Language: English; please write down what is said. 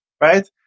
right